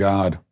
God